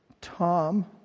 Tom